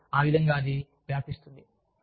మరియు ఆ విధంగా అది వ్యాపిస్తుంది